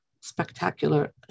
spectacular